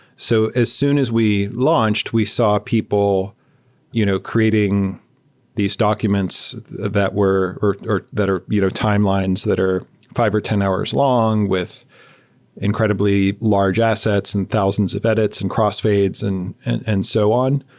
so as soon as we launched, we saw people you know creating these documents that were or or that are you know timelines that are fi ve or ten hours long with incredibly large assets and thousands of edits and crossfades and and and so on.